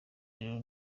rero